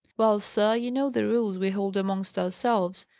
well, sir, you know the rules we hold amongst ourselves,